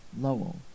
Lowell